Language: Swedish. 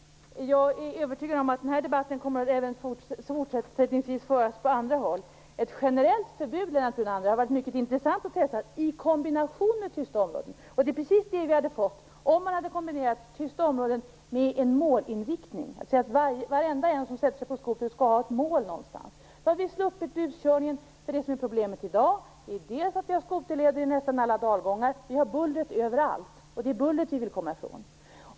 Jag är övertygad om att den här debatten fortsättningsvis även kommer att föras på andra håll. Det hade varit mycket intressant, Lennart Brunander, att testa ett generellt förbud i kombination med tysta områden. Det är precis vad vi hade fått om man hade kombinerat tysta områden med en målinriktning, dvs. att alla som sätter sig på en skoter skall ha ett mål. Då hade vi sluppit buskörningen. Det som är problemet i dag är att vi har skoterleder i nästan alla dalgångar. Vi har bullret överallt, och det är bullret vi vill komma ifrån.